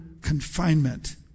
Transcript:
confinement